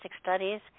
Studies